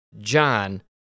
John